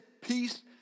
peace